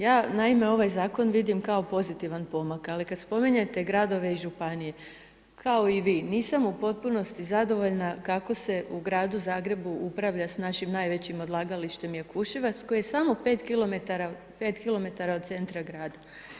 Ja naime ovaj zakon vidim kao pozitivan pomak, ali kad spominjete gradove i županije, kao i vi nisam u potpunosti zadovoljna kako se u Gradu Zagrebu upravlja s našim najvećim odlagalištem Jakuševac, koje je samo 5 km od centra grada.